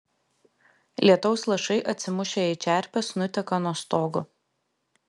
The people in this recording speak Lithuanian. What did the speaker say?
lietaus lašai atsimušę į čerpes nuteka nuo stogo